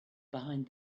behind